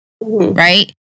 Right